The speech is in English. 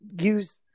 use